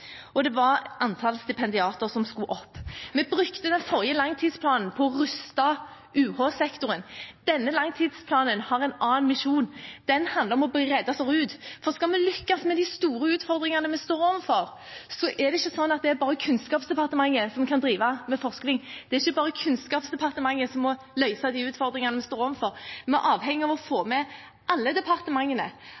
og det var antall stipendiater, som skulle opp. Vi brukte den forrige langtidsplanen til å ruste UH-sektoren. Denne langtidsplanen har en annen misjon, den handler om å bredde seg ut. Skal vi lykkes med de store utfordringene vi står overfor, er det ikke sånn at det bare er Kunnskapsdepartementet som kan drive med forskning, det er ikke bare Kunnskapsdepartementet som må løse de utfordringene vi står overfor. Vi er avhengig av å få